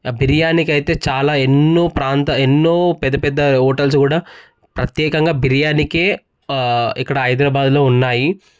బిర్యానీకి అయితే చాలా ఎన్నో ప్రాంత ఎన్నో పెద్ద పెద్ద హోటల్స్ కూడా ప్రత్యేకంగా బిర్యానికే ఇక్కడ హైదరాబాదులో ఉన్నాయి